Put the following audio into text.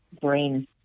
brain